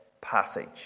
passage